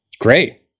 Great